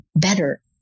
better